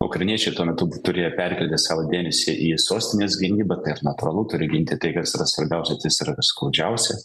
ukrainiečiai tuo metu turėjo perkelti savo dėmesį į sostinės gynybą tai ir natūralu turi ginti tai kas svarbiausia tas yra skaudžiausias